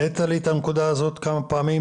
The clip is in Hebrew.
לדליית אל כרמל יש תוכנית מתאר כוללנית,